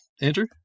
Andrew